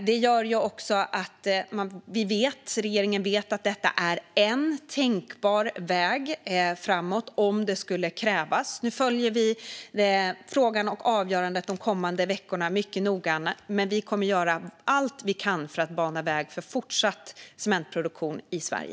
Det gör att regeringen vet att detta är en tänkbar väg framåt om det skulle krävas. Nu följer vi frågan och avgörandet de kommande veckorna mycket noga, och vi kommer att göra allt vi kan för att bana väg för fortsatt cementproduktion i Sverige.